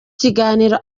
kiganiro